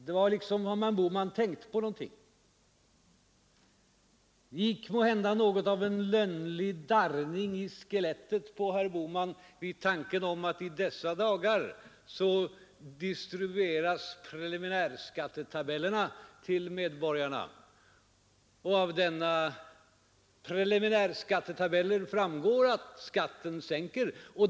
Det var som om herr Bohman tänkte på någonting. Det gick måhända något av en lönnlig darrning genom skelettet på herr Bohman vid tanken på att preliminärskattetabellerna i dessa dagar distribueras till medborgarna. Av denna preliminärskattetabell framgår att skatten har sänkts.